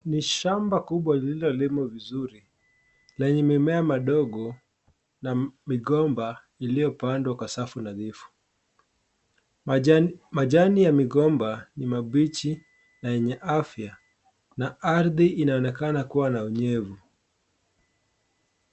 Ni shamba kubwa lililolimwa vizuri na yenye mimea madogo na migomba iliyopandwa kwa safu nadhifu. Majani ya migomba ni mabichi na yenye afya na ardhi inaonekana kuwa na unyevu.